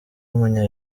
w’umunya